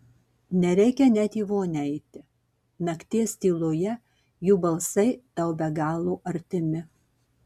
nereikia net į vonią eiti nakties tyloje jų balsai tau be galo artimi